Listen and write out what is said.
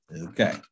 okay